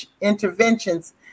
interventions